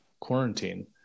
quarantine